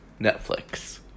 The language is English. Netflix